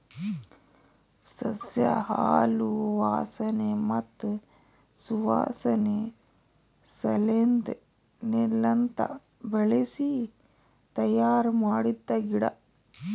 ಸಸ್ಯ ಹಾಲು ವಾಸನೆ ಮತ್ತ್ ಸುವಾಸನೆ ಸಲೆಂದ್ ನೀರ್ಲಿಂತ ಬೆಳಿಸಿ ತಯ್ಯಾರ ಮಾಡಿದ್ದ ಗಿಡ